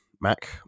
Mac